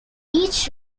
each